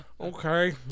Okay